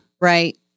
right